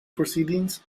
proceedings